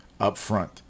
upfront